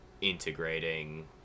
integrating